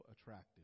attractive